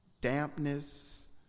dampness